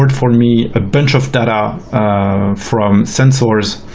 for me a bunch of data from sensors.